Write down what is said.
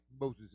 Moses